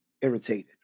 irritated